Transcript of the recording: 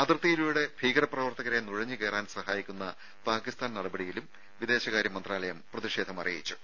അതിർത്തിയിലൂടെ ഭീകര പ്രവർത്തകരെ നുഴഞ്ഞു കയറാൻ സഹായിക്കുന്ന പാകിസ്ഥാന്റെ നടപടിയിലും വിദേശകാര്യ മന്ത്രാലയം പ്രതിഷേധം അറിയിച്ചു